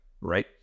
Right